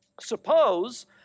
Suppose